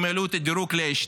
הם העלו את הדירוג ל-A2.